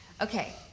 okay